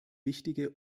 wichtige